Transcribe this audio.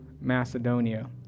Macedonia